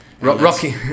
Rocky